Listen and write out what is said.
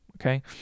okay